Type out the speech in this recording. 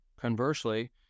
conversely